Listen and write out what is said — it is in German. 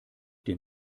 den